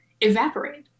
evaporate